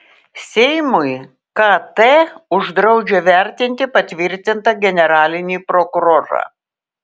seimui kt uždraudžia vertinti patvirtintą generalinį prokurorą